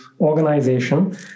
organization